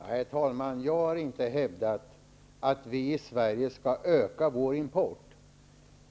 Herr talman! Jag har inte hävdat att vi i Sverige skall öka vår import.